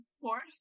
force